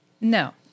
No